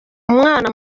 umwana